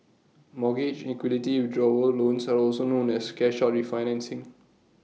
mortgage equity withdrawal loans are also known as cash out refinancing